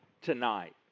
tonight